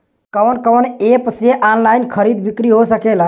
कवन कवन एप से ऑनलाइन खरीद बिक्री हो सकेला?